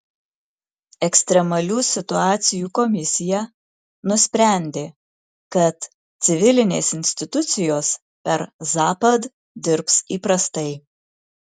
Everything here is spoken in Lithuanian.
ekstremalių situacijų komisija nusprendė kad civilinės institucijos per zapad dirbs įprastai